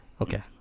Okay